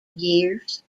years